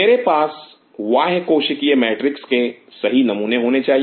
मेरे पास बाह्य कोशिकीय मैट्रिक्स के सही समूह होने चाहिए